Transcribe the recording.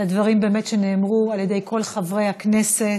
לדברים שנאמרו על ידי כל חברי הכנסת.